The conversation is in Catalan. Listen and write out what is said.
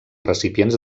recipients